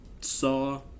Saw